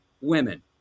women